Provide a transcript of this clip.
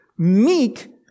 Meek